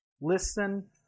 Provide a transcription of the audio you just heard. Listen